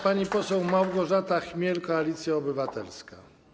Pani poseł Małgorzata Chmiel, Koalicja Obywatelska.